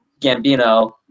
Gambino